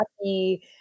happy